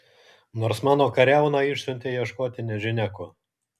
nors mano kariauną išsiuntei ieškoti nežinia ko